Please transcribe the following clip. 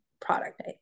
product